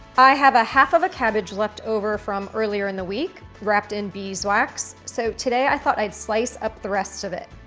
i have a half of a cabbage left over from earlier in the week wrapped in beeswax. so today i thought i'd slice up the rest of it.